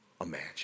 imagine